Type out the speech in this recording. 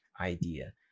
idea